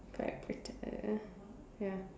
like protect like that ah ya